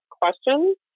questions